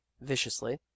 viciously